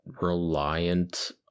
reliant